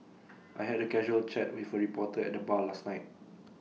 I had A casual chat with A reporter at the bar last night